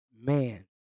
man